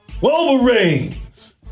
Wolverines